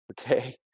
okay